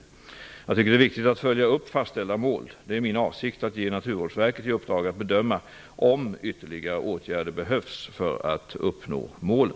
Jag tycker att det är viktigt att följa upp fastställda mål. Det är min avsikt att ge Naturvårdsverket i uppdrag att bedöma om ytterligare åtgärder behövs för att uppnå målen.